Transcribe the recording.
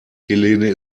helene